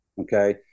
okay